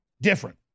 different